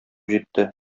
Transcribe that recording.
җитте